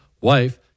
wife